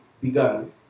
began